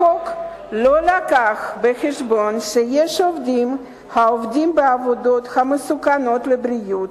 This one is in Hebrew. החוק לא הביא בחשבון שיש עובדים העובדים בעבודות המסוכנות לבריאות,